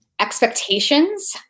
expectations